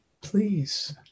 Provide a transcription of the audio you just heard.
please